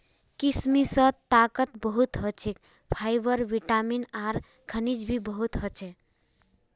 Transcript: किशमिशत ताकत बहुत ह छे, फाइबर, विटामिन आर खनिज भी बहुत ह छे